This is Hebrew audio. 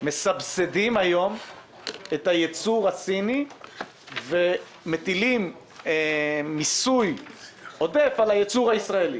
מסבסדים היום את הייצור הסיני ומטילים מיסוי עודף על הייצור הישראלי